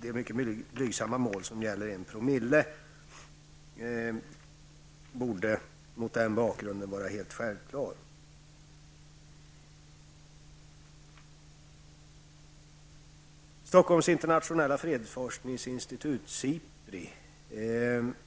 Det mycket blygsamma enpromillemålet borde mot denna bakgrund vara någonting självklart. SIPRI,